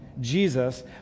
Jesus